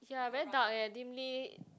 ya very dark and dimly